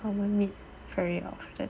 我们 meet very often